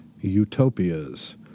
utopias